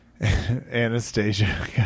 Anastasia